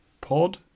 Pod